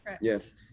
Yes